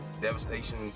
devastation